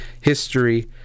history